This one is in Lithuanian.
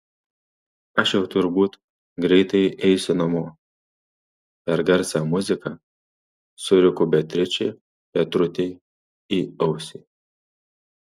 aš jau turbūt greitai eisiu namo per garsią muziką suriko beatričė petrutei į ausį